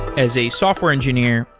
as a software engineer,